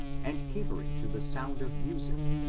and capering to the sound of music,